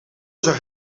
zag